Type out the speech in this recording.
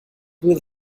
will